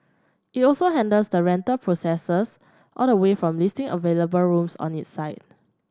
it also handles the rental processes all the way from listing available rooms on its site